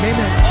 Amen